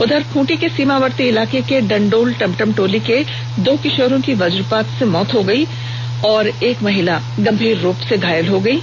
उधर खूंटी के सीमावर्ती इलाके के डंडोल टेमटेमटोली के दो किशोरों वज्रपात से मौत हो गई वहीं एक महिला गंभीर रुप से घायल हो गयी